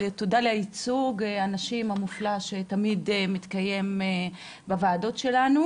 תודה על ייצוג האנשים המופלא שתמיד מתקיים בוועדות שלנו